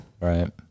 Right